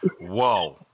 Whoa